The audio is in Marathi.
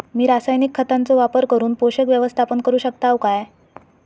मी रासायनिक खतांचो वापर करून पोषक व्यवस्थापन करू शकताव काय?